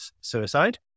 suicide